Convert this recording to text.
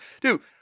Dude